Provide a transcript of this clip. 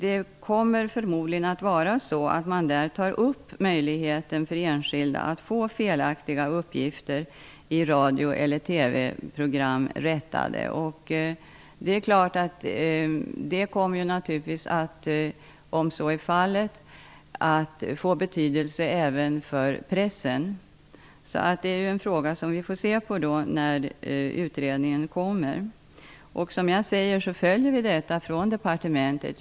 Man kommer förmodligen att ta upp möjligheten för enskilda att få felaktiga uppgifter i radio eller TV-program rättade. Om så är fallet kommer det naturligvis att få betydelse även för pressen. Det är en fråga vi får se på när utredningen kommer. Vi följer utvecklingen från departementet.